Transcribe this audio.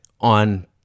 on